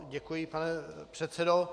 Děkuji, pane předsedo.